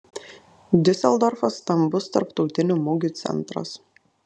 diuseldorfas stambus tarptautinių mugių centras